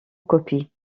copie